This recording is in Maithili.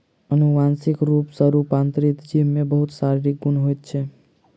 अनुवांशिक रूप सॅ रूपांतरित जीव में बहुत शारीरिक गुण होइत छै